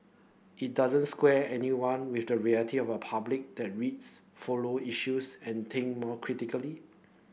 it doesn't square anyone with the reality of a public that reads follow issues and think more critically